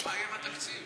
מה יהיה עם התקציב?